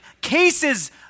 cases